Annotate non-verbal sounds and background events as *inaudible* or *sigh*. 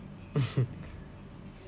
*laughs*